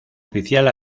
oficial